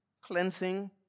cleansing